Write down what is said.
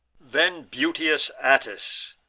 then beauteous atys,